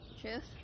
Truth